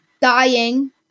dying